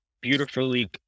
beautifully